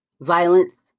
violence